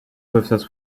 peuvent